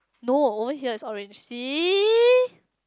no over here it's orange see